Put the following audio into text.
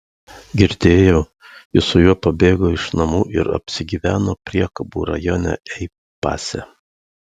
girdėjau ji su juo pabėgo iš namų ir apsigyveno priekabų rajone ei pase